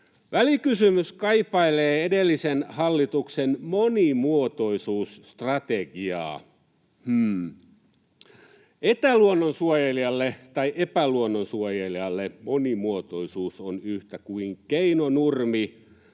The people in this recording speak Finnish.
Välikysymys kaipailee edellisen hallituksen monimuotoisuusstrategiaa. Hmm. Etäluonnonsuojelijalle tai epäluonnonsuojelijalle monimuotoisuus on yhtä kuin keinonurmi,